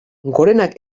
gorenak